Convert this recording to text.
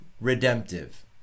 redemptive